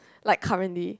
like currently